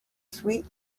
sweet